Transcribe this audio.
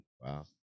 Wow